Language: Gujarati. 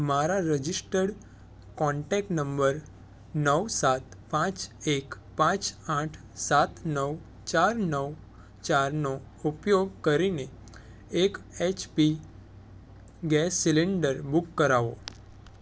મારા રજીસ્ટર્ડ કોન્ટેક્ટ નંબર નવ સાત પાંચ એક પાંચ આઠ સાત નવ ચાર નવ ચારનો ઉપયોગ કરીને એક H P gas cylinder book કરાવો